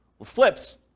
flips